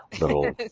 little